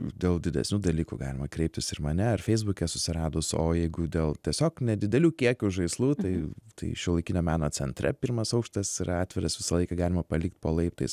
dėl didesnių dalykų galima kreiptis ir į mane ar feisbuke susiradus o jeigu dėl tiesiog nedidelių kiekių žaislų tai tai šiuolaikinio meno centre pirmas aukštas yra atviras visą laiką galima palikt po laiptais